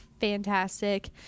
fantastic